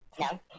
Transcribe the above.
no